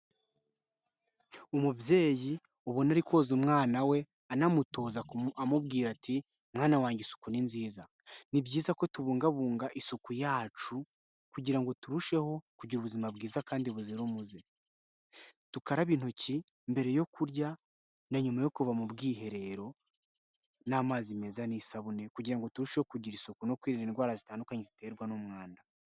Umubyeyi ubona ari koza umwana we anamutoza amubwira ati:'' Mwana wanjye isuku ni nziza.'' Ni byiza ko tubungabunga isuku yacu kugira turusheho kugira ubuzima bwiza kandi buzira umuze. Dukarabe intoki mbere yo kurya na nyuma yo kuva mu bwiherero n'amazi meza n'isabune, kugirango ngo turusheho kugira isuku no kwirinda indwara zitandukanye ziterwa n'umwanda.